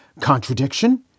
contradiction